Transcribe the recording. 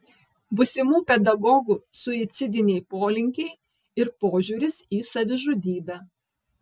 būsimų pedagogų suicidiniai polinkiai ir požiūris į savižudybę